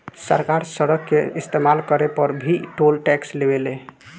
सरकार सड़क के इस्तमाल करे पर भी टोल टैक्स लेवे ले